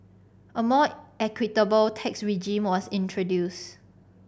a more equitable tax regime was introduced